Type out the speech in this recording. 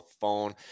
phone